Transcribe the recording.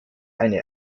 eine